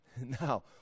Now